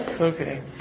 Okay